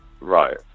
Right